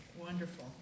Wonderful